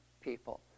people